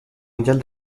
mondiale